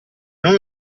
non